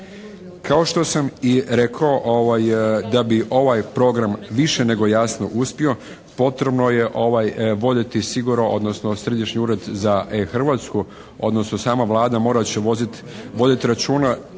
Kao što sam i rekao da bi ovaj program više nego jasno uspio potrebno je voditi sigurno, odnosno Središnji ured za E-Hrvatsku, odnosno sama Vlada morat će voditi računa